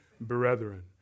brethren